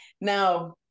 Now